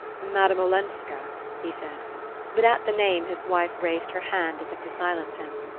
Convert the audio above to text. madame olenska he said but at the name his wife raised her hand as if to silence him.